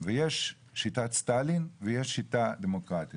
יש את שיטת סטאלין ויש שיטה דמוקרטיה.